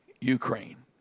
Ukraine